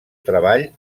treball